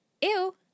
ew